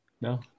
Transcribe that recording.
No